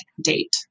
date